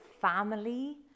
family